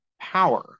power